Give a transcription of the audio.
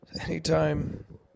Anytime